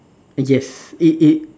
yes it it